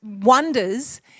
wonders